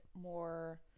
more